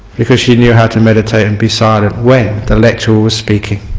because she knew how to meditate and be silent when the lecturer was speaking.